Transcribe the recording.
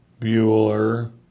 Bueller